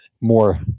more